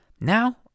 Now